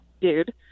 dude